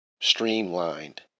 streamlined